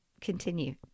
continue